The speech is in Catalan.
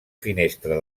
finestra